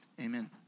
Amen